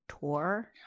tour